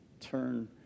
turn